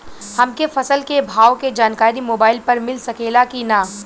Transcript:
हमके फसल के भाव के जानकारी मोबाइल पर मिल सकेला की ना?